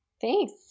Thanks